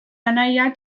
anaia